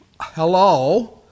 hello